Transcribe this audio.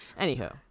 Anywho